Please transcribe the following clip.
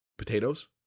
potatoes